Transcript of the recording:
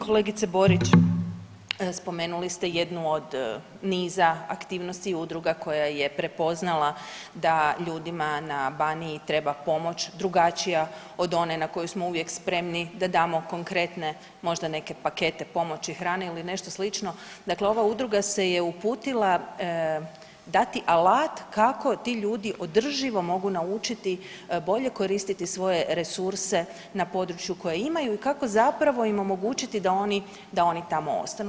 Kolegice Borić, spomenuli ste jednu od niza aktivnosti udruga koja je prepoznala da ljudima na Baniji treba pomoć drugačija od one na koju smo uvijek spremni da damo konkretne možda neke pakete pomoći hrane ili nešto slično, dakle ova udruga se je uputila dati alat kako ti ljudi održivo mogu naučiti bolje koristiti svoje resurse na području koje imaju i kako zapravo im omogućiti da tamo ostanu.